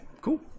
cool